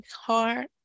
heart